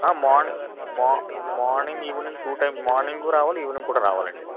ఆ మార్నింగ్ మా morning evening two times morning రావాలి ఈవినింగ్ కూడా రావాలండి